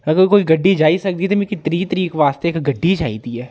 अगर कोई गड्डी जाई सकदी ते मिगी त्रीह् तरीक बास्तै इक गड्डी चाहिदी ऐ